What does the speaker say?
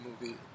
movie